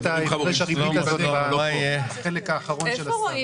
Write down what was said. את הפרש הריבית הזאת בחלק האחרון --- האוצר,